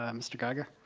ah mr. geiger?